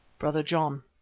brother john